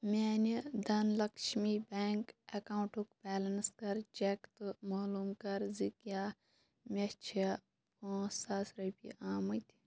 میٛانہِ دھن لَکشمی بیٚنٛک اکاونٹُک بیلینس کَر چیک تہٕ معلوٗم کَر زِ کیٛاہ مےٚ چھا پٲنٛژ ساس رۄپیہِ آمٕتۍ